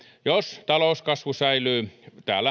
jos talouskasvu säilyy